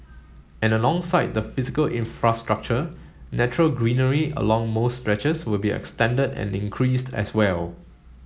and alongside the physical infrastructure natural greenery along most stretches will be extended and increased as well